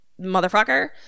motherfucker